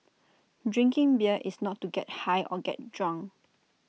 drinking beer is not to get high or get drunk